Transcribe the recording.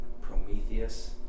Prometheus